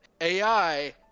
AI